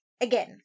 again